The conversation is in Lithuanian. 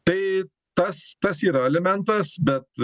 tai tas tas yra elementas bet